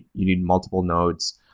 you need multiple nodes.